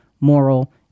moral